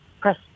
press